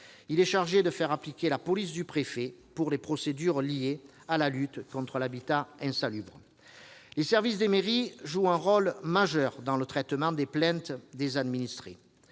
il est chargé de faire appliquer la police du préfet pour les procédures liées à la lutte contre l'habitat insalubre. Les services des mairies jouent un rôle majeur dans le traitement des plaintes des administrés.